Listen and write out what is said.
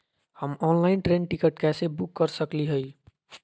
हम online train ticket कैसे book कर सकली हई?